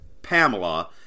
Pamela